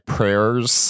Prayers